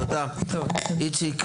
תודה, איציק.